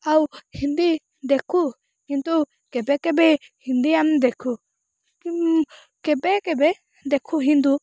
ଆଉ ହିନ୍ଦୀ ଦେଖୁ କିନ୍ତୁ କେବେ କେବେ ହିନ୍ଦୀ ଆମ ଦେଖୁ ଉଁ କେବେ କେବେ ଦେଖୁ ହିନ୍ଦୁ